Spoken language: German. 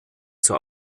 zur